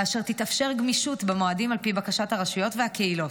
כאשר תתאפשר גמישות במועדים על פי בקשת הרשויות והקהילות.